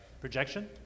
Projection